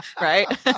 Right